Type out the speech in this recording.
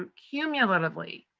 um cumulatively,